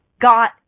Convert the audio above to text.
got